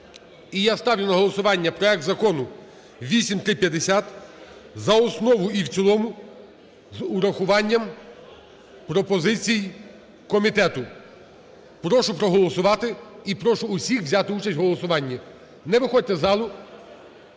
я ставлю на проект Закону 8350 за основу і в цілому з урахуванням пропозицій комітету. Прошу проголосувати і прошу всіх взяти участь у голосуванні, не виходьте з залу,